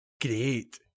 Great